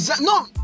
no